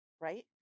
right